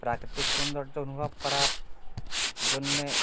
প্রাকৃতিক সৌন্দর্য অনুভব করার জন্যে